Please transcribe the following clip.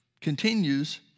continues